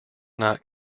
not